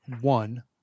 one